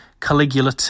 Caligula